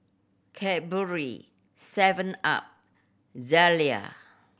Cadbury seven Up Zalia